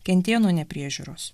kentėjo nuo nepriežiūros